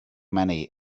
many